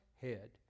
head